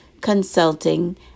Consulting